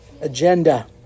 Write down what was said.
agenda